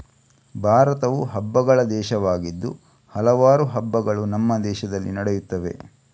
ಭಾರತವು ಹಬ್ಬಗಳ ದೇಶವಾಗಿದ್ದು ಹಲವಾರು ಹಬ್ಬಗಳು ನಮ್ಮ ದೇಶದಲ್ಲಿ ನಡೆಯುತ್ತವೆ